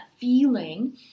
feeling